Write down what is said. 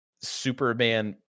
Superman